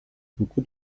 buku